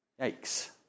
Yikes